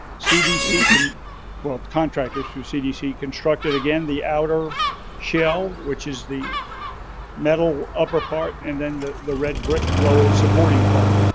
cdc can well contractors through cdc constructed again the outer shell, which is the metal upper part and then the the red brick lower supporting part.